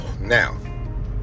Now